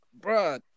bro